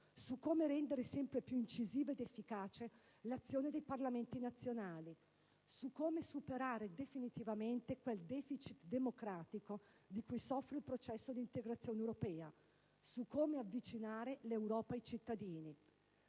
su come rendere sempre più incisiva ed efficace l'azione dei Parlamenti nazionali; su come superare definitivamente quel «deficit democratico» di cui soffre il processo di integrazione europea; su come avvicinare l'Europa ai cittadini.